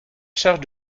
charge